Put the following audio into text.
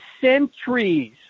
centuries